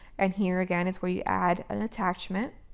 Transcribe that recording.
and here again is where you add an attachment,